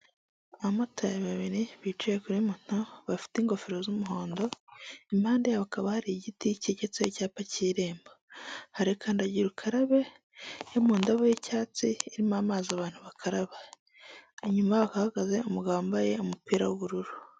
Abamotari babiri bicaye kuri moto, bafite ingofero z'umuhondo, impande yabo hakaba hari igiti cyegetseho icyapa cy'irembo, hari kandagira ukarabe yo mu ndobo y'icyatsi irimo amazi abantu bakaraba, hanyuma hakaba hahagaze umugabo wambaye umupira w'ubururu.